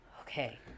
okay